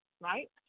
right